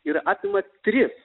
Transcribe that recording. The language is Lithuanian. ir apima tris